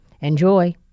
Enjoy